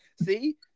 See